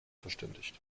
verständigt